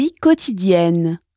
quotidienne